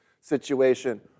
situation